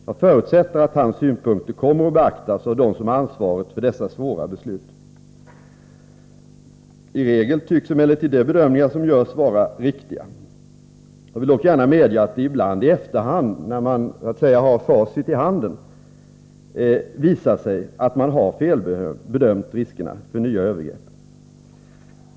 Jag förutsätter att hans synpunkter kommer att beaktas av dem som har ansvaret för dessa svåra beslut. I regel tycks emellertid de bedömningar som görs vara riktiga. Jag vill dock gärna medge att det ibland i efterhand — när man så att säga har facit i handen — visar sig att man har felbedömt riskerna för nya övergrepp.